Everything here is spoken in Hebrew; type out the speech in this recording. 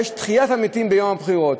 ויש תחיית המתים ביום הבחירות,